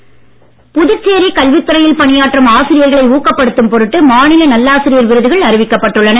ஆசிரியர் விருதுகள் புதுச்சேரி கல்வித் துறையில் பணியாற்றும் ஆசிரியர்களை ஊக்கப்படுத்தும் பொருட்டு மாநில நல்லாசிரியர் விருதுகள் அறிவிக்கப்பட்டுள்ளன